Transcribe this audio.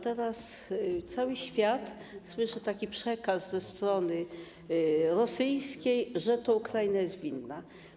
Teraz cały świat słyszy taki przekaz ze strony rosyjskiej, że to Ukraina jest winna.